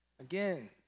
Again